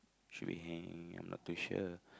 should we hang I'm not too sure